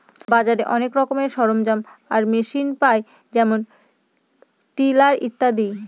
বাজারে অনেক রকমের সরঞ্জাম আর মেশিন পায় যেমন টিলার ইত্যাদি